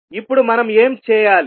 ఇప్పుడు మనం ఏం చేయాలి